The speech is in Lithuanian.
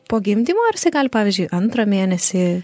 po gimdymo ar gali pavyzdžiui antrą mėnesį